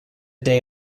day